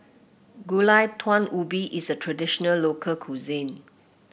Gulai Daun Ubi is a traditional local cuisine